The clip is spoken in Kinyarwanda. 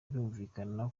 birumvikana